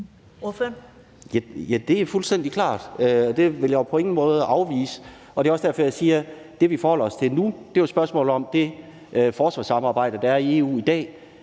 Ja, det er fuldstændig klart, og det vil jeg jo på ingen måde afvise, og det er også derfor, jeg siger, at det, vi forholder os til nu, er et spørgsmål om det forsvarssamarbejde, der er i EU i dag,